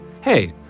Hey